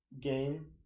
game